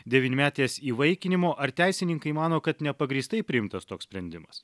devynmetės įvaikinimo ar teisininkai mano kad nepagrįstai priimtas toks sprendimas